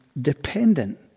dependent